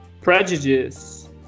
prejudice